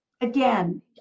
again